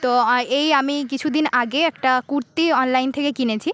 তো এই আমি কিছু দিন আগে একটা কুর্তি অনলাইন থেকে কিনেছি